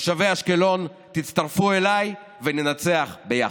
תושבי אשקלון, תצטרפו אליי וננצח ביחד.